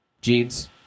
jeans